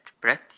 breath